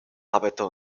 arbeiter